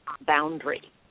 boundary